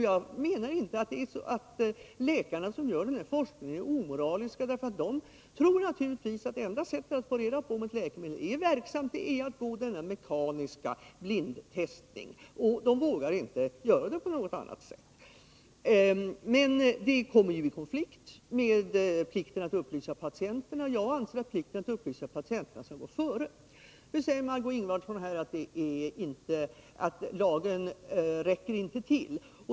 Jag menar inte att de läkare som utför denna forskning är omoraliska; de tror naturligtvis att enda sättet att få reda på om ett läkemedel är verksamt är att företa denna mekaniska blindtestning, och de vågar inte göra den på något annat sätt. Men detta kommer ju i konflikt med plikten att upplysa patienterna. Jag anser att plikten att upplysa patienterna skall gå före.